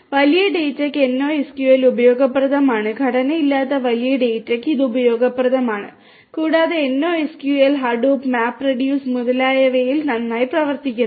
അതിനാൽ വലിയ ഡാറ്റയ്ക്ക് NoSQL ഉപയോഗപ്രദമാണ് ഘടനയില്ലാത്ത വലിയ ഡാറ്റയ്ക്ക് ഇത് ഉപയോഗപ്രദമാണ് കൂടാതെ NoSQL ഹഡൂപ്പ് മാപ്റഡ്യൂസ് മുതലായവയിൽ നന്നായി പ്രവർത്തിക്കുന്നു